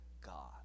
God